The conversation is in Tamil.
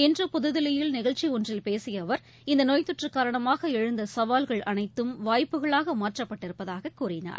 இன்று புதுதில்லியில் நிகழ்ச்சி ஒன்றில் பேசிய அவர் இந்த நோய் தொற்று காரணமாக எழுந்த சவால்கள் அனைத்தும் வாய்ப்புகளாக மாற்றப்பட்டிருப்பதாக கூறினார்